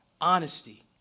honesty